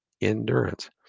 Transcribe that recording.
endurance